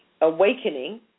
awakening